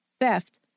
theft